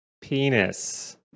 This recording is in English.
penis